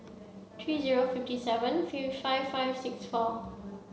three zero fifty seven five five six four